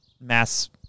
mass